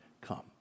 come